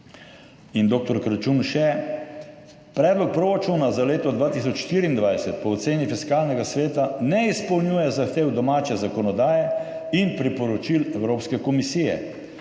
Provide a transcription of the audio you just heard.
In dr. Kračun še: »Predlog proračuna za leto 2024 po oceni Fiskalnega sveta ne izpolnjuje zahtev domače zakonodaje in priporočil Evropske komisije.